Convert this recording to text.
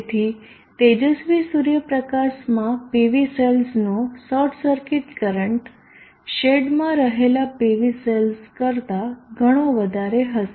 તેથી તેજસ્વી સૂર્યપ્રકાશમાં PV સેલ્સનો શોર્ટ સર્કિટ કરંટ શેડમાં રહેલા PV સેલ્સ કરતા ઘણો વધારે હશે